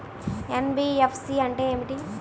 NBFC అంటే ఏమిటి?